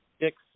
six